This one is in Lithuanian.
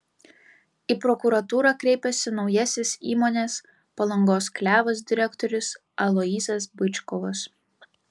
į prokuratūrą kreipėsi naujasis įmonės palangos klevas direktorius aloyzas byčkovas